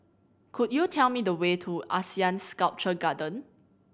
could you tell me the way to ASEAN Sculpture Garden